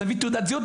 תביא תעודת זהות,